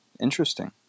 Interesting